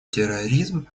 терроризм